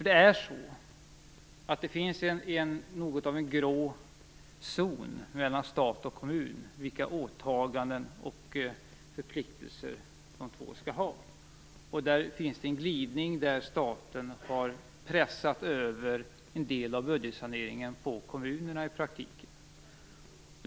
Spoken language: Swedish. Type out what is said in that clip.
Det finns något av en grå zon mellan stat och kommun när det gäller vilka åtaganden och förpliktelser de två skall ha. Det finns en glidning på den punkten. Staten har i praktiken pressat över en del av budgetsaneringen på kommunerna.